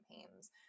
campaigns